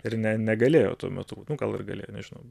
ir ne negalėjo tuo metu gal ir galėjo nežinau